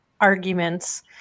arguments